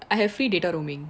I have free data roaming